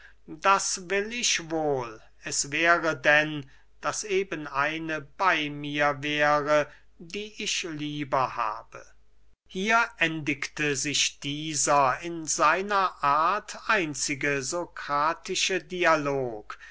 das will ich wohl es wäre denn daß eben eine bey mir wäre die ich lieber habe hier endigte sich dieser in seiner art einzige sokratische dialog